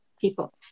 people